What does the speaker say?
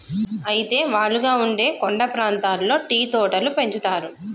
అయితే వాలుగా ఉండే కొండ ప్రాంతాల్లో టీ తోటలు పెంచుతారు